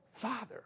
Father